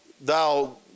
thou